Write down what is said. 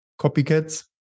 copycats